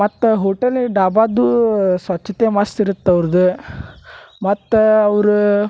ಮತ್ತು ಹೋಟೆಲಿ ಡಾಬಾದ್ದು ಸ್ವಚ್ಛತೆ ಮಸ್ತ್ ಇರತ್ತೆ ಅವ್ರದ ಮತ್ತೆ ಅವರ